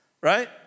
right